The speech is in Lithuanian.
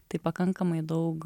tai pakankamai daug